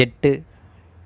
எட்டு